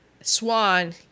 Swan